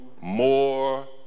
more